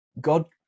God